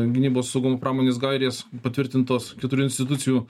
gynybos saugumo pramonės gairės patvirtintos keturių institucijų